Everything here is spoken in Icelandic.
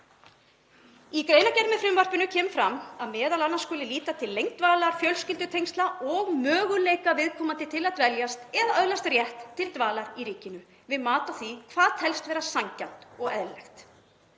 Í greinargerð með frumvarpinu kemur fram að m.a. skuli líta til lengdar dvalar, fjölskyldutengsla og möguleika viðkomandi til að dveljast eða öðlast rétt til dvalar í ríkinu við mat á því hvað teljist vera sanngjarnt og eðlilegt.